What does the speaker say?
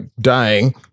dying